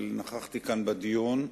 אבל נכחתי כאן בדיון,